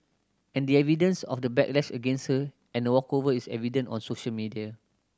and the evidence of the backlash against sir and a walkover is evident on social media